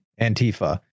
Antifa